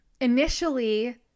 initially